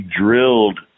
drilled